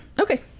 okay